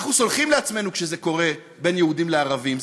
אנחנו סולחים לעצמנו כשזה קורה בין יהודים לערבים.